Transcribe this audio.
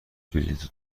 بلیط